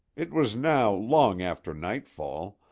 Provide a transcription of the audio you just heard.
it was now long after nightfall,